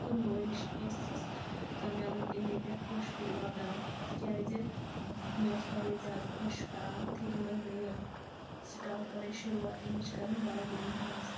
کُنوُہ ؤرِش ٲسٕس تہٕ مےٚ لٲگۍ تمے پیٚٹھ پوشہِ کُلی وۄبداوٕنۍ تکیازِ مےٚ اوس واریاہ زیادٕ خۄش کَران اِتھے کنۍ لٲج مےٚ یہِ سٹاٹ کَرٕنۍ شروٗعات امِچ کَرٕنۍ باغبٲنی ہٕنٛز